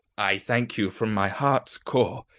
i thank you, from my heart's core.